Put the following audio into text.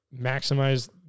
maximize